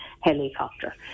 helicopter